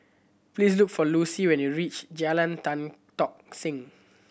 please look for Lucy when you reach Jalan Tan Tock Seng